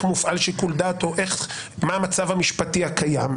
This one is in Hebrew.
מופעל שיקול דעת או מה המצב המשפטי הקיים,